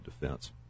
defense